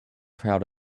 crowd